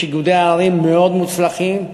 יש איגודי ערים מאוד מוצלחים.